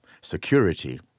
Security